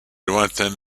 lointaine